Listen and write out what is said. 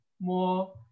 more